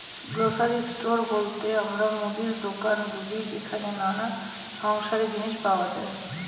grocery store বলতে আমরা মুদির দোকান বুঝি যেখানে নানা সংসারের জিনিস পাওয়া যায়